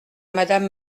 madame